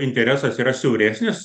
interesas yra siauresnis